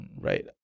right